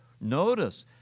Notice